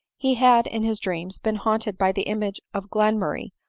he had in his dreams been haunted by the image of glenmurray,